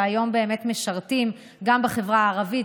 שהיום משרתים גם בחברה הערבית,